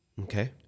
Okay